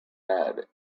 had